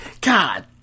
God